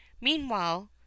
Meanwhile